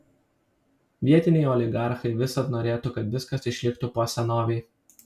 vietiniai oligarchai visad norėtų kad viskas išliktų po senovei